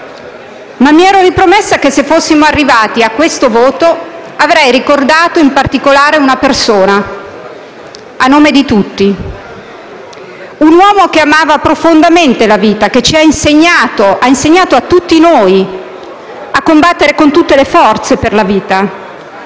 Ma mi ero ripromessa che se fossimo arrivati a questo voto, avrei ricordato in particolare una persona a nome di tutti, un uomo che amava profondamente la vita, che ha insegnato a tutti noi a combattere con tutte le forze per la vita